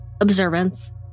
observance